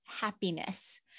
happiness